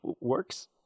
works